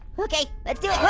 okay, let's do